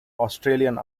australian